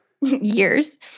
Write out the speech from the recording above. Years